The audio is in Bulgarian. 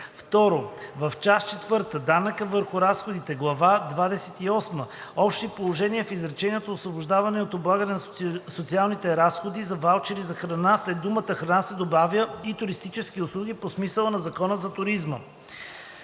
2. В част четвърта „Данък върху разходите“, глава Двадесет и осма „Общи положения“ в изречението „Освобождаване от облагане на социалните разходи за ваучери за храна“ след думата „храна“ се добавя и „туристически услуги по смисъла на Закона за туризма“;